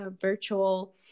virtual